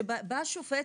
שבא שופט,